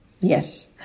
Yes